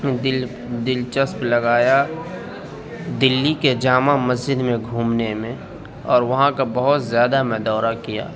دل دل چسپ لگایا دلی کے جامع مسجد میں گھومنے میں اور وہاں کا بہت زیادہ میں دورہ کیا